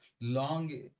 long